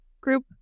group